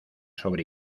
sobre